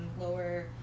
lower